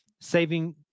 saving